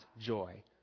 joy